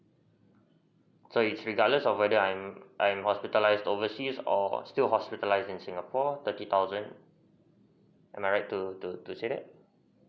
so it's regardless on whether I'm I'm hospitalized oversea is or or still hospitalised in singapore thirty thousand am I right to to to say that